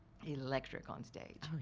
electric on stage.